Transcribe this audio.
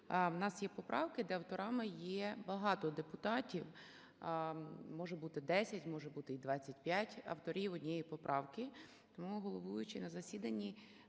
В нас є поправки, де авторами є багато депутатів, може бути 10, може бути і 25 авторів однієї поправки, тому головуючий на засіданні